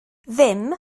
ddim